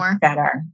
better